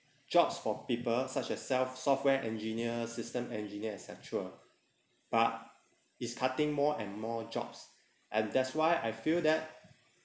jobs for people such as self software engineer system engineer et cetera but it's cutting more and more jobs and that's why I feel that